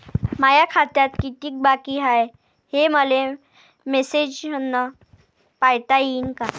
माया खात्यात कितीक बाकी हाय, हे मले मेसेजन पायता येईन का?